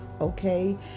Okay